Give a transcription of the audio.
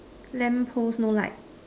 lamp post no light